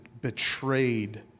betrayed